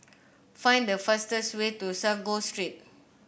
find the fastest way to Sago Street